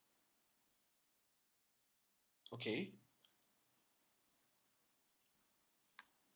okay